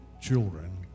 children